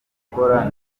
gukora